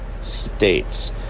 states